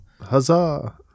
Huzzah